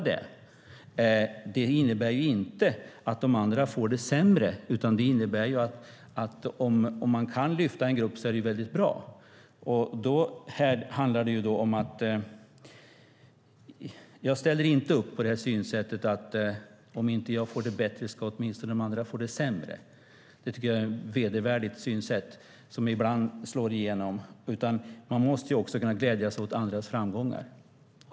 Det innebär inte att de andra får det sämre. Om man kan lyfta en grupp är det väldigt bra. Synsättet "om inte jag får det bättre ska åtminstone de andra få det sämre" ställer jag inte upp på. Det tycker jag är ett vedervärdigt synsätt, som ibland slår igenom. Man måste också kunna glädja sig åt andras framgångar.